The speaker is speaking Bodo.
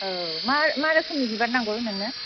औ मा मा रोखोमनि बिबार नांगौ नोंनो